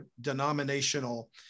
denominational